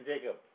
Jacob